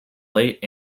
late